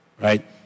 right